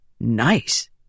Nice